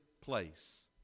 place